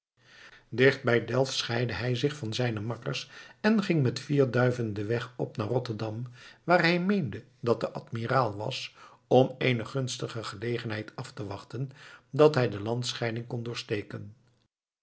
dicht bij delft scheidde hij zich van zijne makkers en ging met vier duiven den weg op naar rotterdam waar hij meende dat de admiraal was om eene gunstige gelegenheid af te wachten dat hij de landscheiding kon